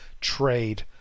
trade